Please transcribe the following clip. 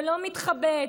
ולא מתחבאת,